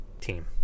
Team